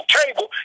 table